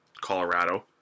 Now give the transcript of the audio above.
Colorado